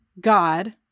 god